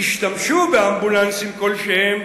"השתמשו באמבולנסים כלשהם,